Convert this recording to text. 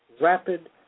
rapid